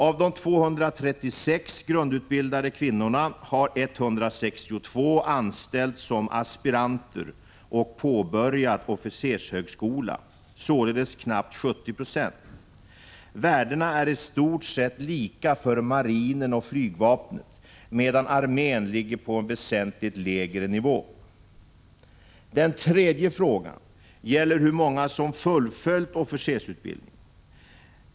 Av de 236 grundutbildade kvinnorna har 162 anställts som aspiranter och påbörjat officershögskola, således knappt 70 Ze. Värdena är i stort sett lika för marinen och flygvapnet, medan armén ligger på en väsentligt lägre nivå. Den tredje frågan gäller hur många som fullföljt officersutbildningen.